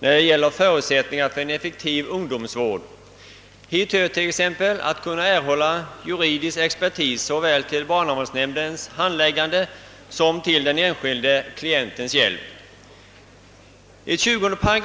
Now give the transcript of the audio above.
när det gäller förutsättningarna för en effektiv ungdomsvård. Hit hör t.ex. möjligheten för såväl barnavårdsnämnden som den enskilde klienten att erhålla hjälp av juridisk expertis.